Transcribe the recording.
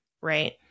right